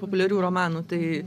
populiarių romanų tai